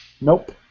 Nope